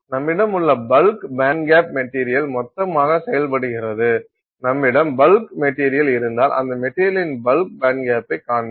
நம்மிடம் உள்ள bulk band gap material மொத்தமாக செயல்படுகிறது நம்மிடம் பல்க் மெட்டீரியல் இருந்தால் அந்த மெட்டீரியலின் பல்க் பேண்ட்கேப்பைக் காண்பிக்கும்